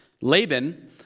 Laban